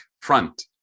front